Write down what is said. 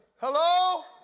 Hello